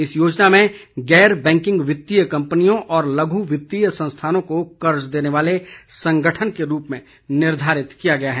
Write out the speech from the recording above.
इस योजना में गैर बैंकिंग वित्तीय कम्पनियों और लघ् वित्तीय संस्थानों को कर्ज देने वाले संगठन के रूप में निर्धारित किया गया है